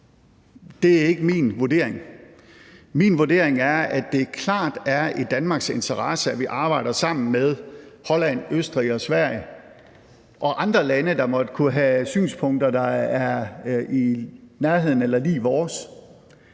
Det er ikke min vurdering. Min vurdering er, at det klart er i Danmarks interesse, at vi arbejder sammen med Holland, Østrig og Sverige og andre lande, der måtte have synspunkter i nærheden af eller lig vores,